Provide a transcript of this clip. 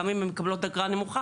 גם אם מקבלות אגרה נמוכה,